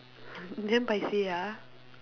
damn paiseh ah